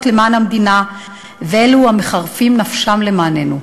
למען המדינה ואת אלו המחרפים נפשם למעננו.